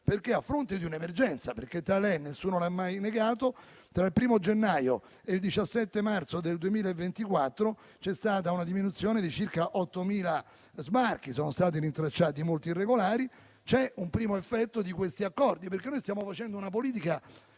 perché a fronte di un'emergenza - perché tale è, nessuno l'ha mai negato - tra il 1° gennaio e il 17 marzo del 2024 c'è stata una diminuzione di circa 8.000 sbarchi. Sono stati rintracciati molti irregolari, c'è un primo effetto di questi accordi, perché noi stiamo facendo una politica